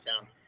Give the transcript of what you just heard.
town